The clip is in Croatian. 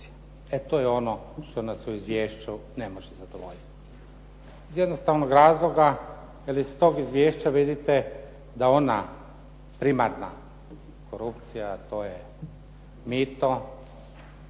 E to je ono što nas u Izvješću ne može zadovoljiti iz jednostavnog razloga jer iz tog Izvješća vidite da ona primarna korupcija a to je mito